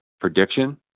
prediction